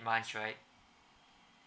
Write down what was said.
months right